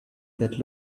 that